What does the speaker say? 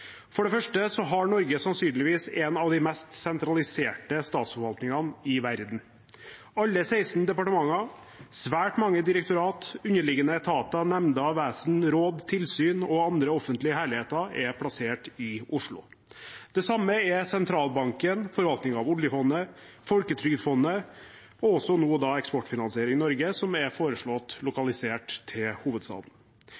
For det første har Norge sannsynligvis en av de mest sentraliserte statsforvaltningene i verden. Alle de 16 departementene, svært mange direktorat, underliggende etater, nemnder, vesen, råd, tilsyn og andre offentlige herligheter er plassert i Oslo. Det samme er sentralbanken, forvaltningen av oljefondet, Folketrygdfondet – og også nå Eksportfinansiering Norge, som er foreslått